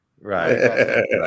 right